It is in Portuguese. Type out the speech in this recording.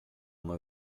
uma